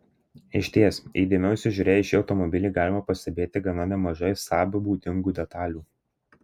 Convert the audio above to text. išties įdėmiau įsižiūrėję į šį automobilį galime pastebėti gana nemažai saab būdingų detalių